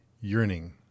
yearning